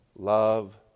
Love